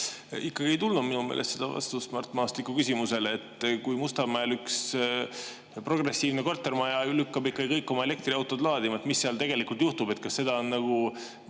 Ikkagi ei tulnud minu meelest seda vastust Mart Maastiku küsimusele. Kui Mustamäel üks progressiivne kortermaja lükkab kõik oma elektriautod laadima, siis mis seal tegelikult juhtub, kas seda on nagu